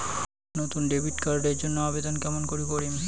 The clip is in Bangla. নতুন ডেবিট কার্ড এর জন্যে আবেদন কেমন করি করিম?